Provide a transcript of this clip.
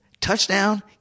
touchdown